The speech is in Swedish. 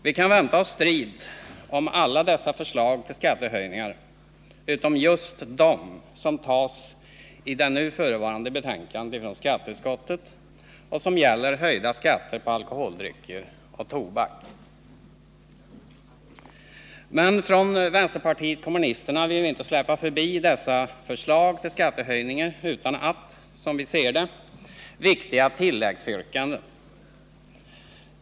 Vi kan vänta oss strid om alla dessa förslag till skattehöjningar, utom just dem som tas upp i det nu förevarande betänkandet från skatteutskottet och som gäller höjda skatter på alkoholdrycker och tobak. Men från vänsterpartiet kommunisterna vill vi inte släppa förbi dessa förslag till skattehöjningar utan, som vi ser det, viktiga tilläggsyrkanden.